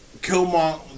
Killmonger